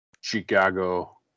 Chicago